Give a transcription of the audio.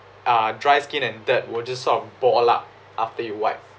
uh dry skin and dirt will just sort of ball up after you wipe